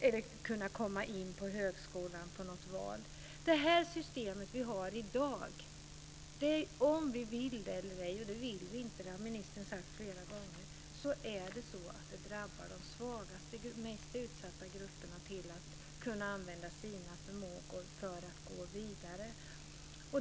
Det system som vi har i dag drabbar, oavsett om vi vill det eller ej - och det vill vi inte; det har ministern sagt flera gånger - möjligheterna för de svagaste och mest utsatta grupperna att gå vidare.